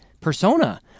Persona